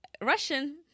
Russian